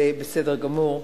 זה בסדר גמור.